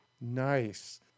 Nice